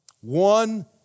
one